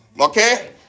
Okay